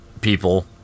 people